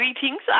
Greetings